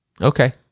Okay